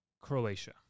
Croatia